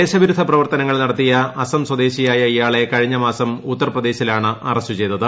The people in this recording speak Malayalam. ദേശവിരുദ്ധ പ്രവർത്തനങ്ങൾ നടത്തിയ അസാം പ്പിദ്ദേശിയായ ഇയാളെ കഴിഞ്ഞ മാസം ഉത്തർപ്രദേശിലാണ് അറസ്റ്റ് ചെയ്തത്